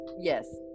Yes